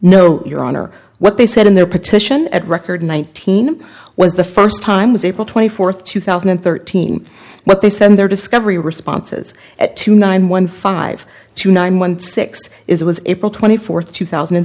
no your honor what they said in their petition at record nineteen was the first time was april twenty fourth two thousand and thirteen but they said their discovery responses to nine one five two nine one six it was april twenty fourth two thousand and